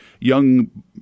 young